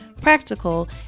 practical